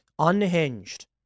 unhinged